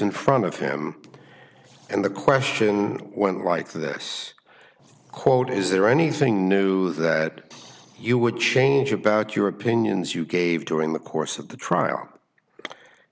in front of him and the question went like this quote is there anything new that you would change about your opinions you gave during the course of the trial